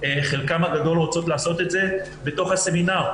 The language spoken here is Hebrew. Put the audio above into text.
חלקן הגדול רוצות לעשות את זה בתוך הסמינר,